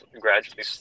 gradually